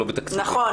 לא בתקציב --- נכון.